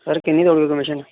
sir किन्नी दऊ उड़गे कमीशन